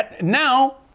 Now